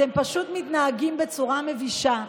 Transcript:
אתם פשוט מתנהגים בצורה מבישה,